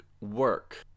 work